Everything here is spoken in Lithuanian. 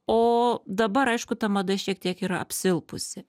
o dabar aišku ta mada šiek tiek yra apsilpusi